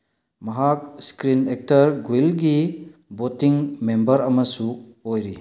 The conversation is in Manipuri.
ꯃꯍꯥꯛ ꯏꯁꯀ꯭ꯔꯤꯟ ꯑꯦꯛꯇꯔ ꯒ꯭ꯋꯤꯜꯒꯤ ꯚꯣꯇꯤꯡ ꯃꯦꯝꯕꯔ ꯑꯃꯁꯨ ꯑꯣꯏꯔꯤ